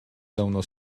давно